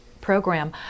program